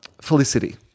Felicity